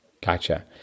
Gotcha